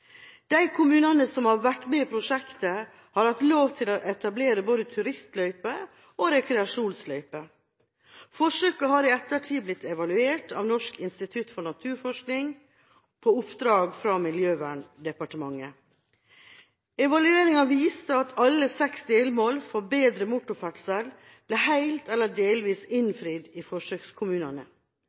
De kommunene som har vært med i prosjektet, har hatt lov til å etablere både turistløyper og rekreasjonsløyper. Forsøket har i ettertid blitt evaluert av Norsk institutt for naturforskning på oppdrag fra Miljøverndepartementet. Evalueringa viser at alle seks delmål for bedre motorferdsel ble helt eller delvis innfridd i forsøkskommunene.